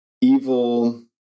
Evil